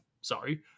Sorry